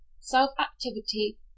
self-activity